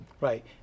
Right